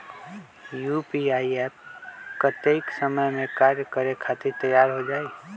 UPI app कतेइक समय मे कार्य करे खातीर तैयार हो जाई?